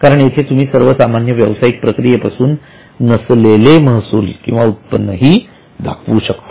कारण येथे तुम्ही सर्वसामान्य व्यवसायिक प्रक्रियेपासून नसलेले महसूल किंवा उत्पन्न दाखवू शकता